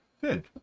Good